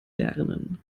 lernen